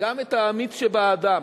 גם את האמיץ באדם.